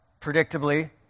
predictably